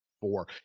four